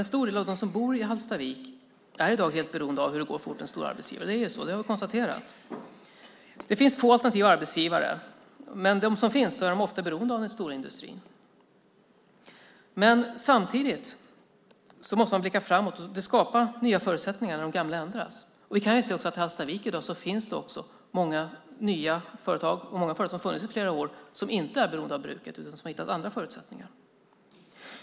En hel del av dem som bor i Hallstavik är i dag helt beroende av hur det går för ortens stora arbetsgivare. Så är det; det har vi konstaterat. Det finns få alternativa arbetsgivare, och de som finns är ofta beroende av den stora industrin. Samtidigt måste man blicka framåt och skapa nya förutsättningar när de gamla ändras. Vi kan se att det i dag i Hallstavik finns många nya företag. I flera år har företag funnits som inte är beroende av bruket utan som har hittat andra förutsättningar.